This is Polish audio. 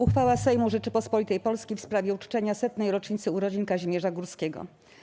Uchwała Sejmu Rzeczypospolitej Polskiej w sprawie uczczenia 100. rocznicy urodzin Kazimierza Górskiego.